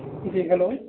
جی hello